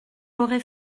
aurait